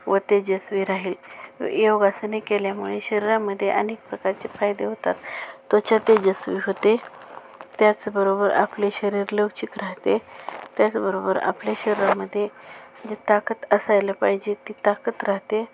व तेजस्वी राहील योगासने केल्यामुळे शरीरामध्ये अनेक प्रकारचे फायदे होतात त्वच्या तेजस्वी होते त्याचबरोबर आपले शरीर लवचिक राहते त्याचबरोबर आपल्या शरीरामध्ये जे ताकद असायला पाहिजे ती ताकद राहते